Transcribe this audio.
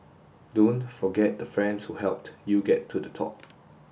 don't forget the friends who helped you get to the top